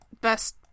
best